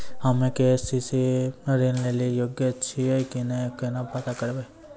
हम्मे के.सी.सी ऋण लेली योग्य छियै की नैय केना पता करबै?